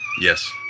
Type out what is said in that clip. Yes